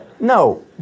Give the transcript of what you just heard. No